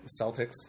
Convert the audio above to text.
Celtics